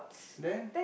then